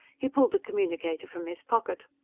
he pulled the communicator from his pocket.